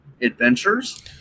adventures